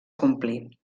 complir